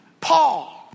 Paul